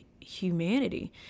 humanity